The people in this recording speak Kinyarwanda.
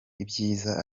ibyiza